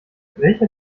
welcher